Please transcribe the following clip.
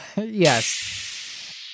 Yes